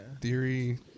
theory